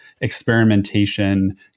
experimentation